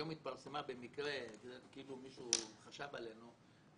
היום התפרסמה במקרה כתבה כאילו מישהו חשב עלינו,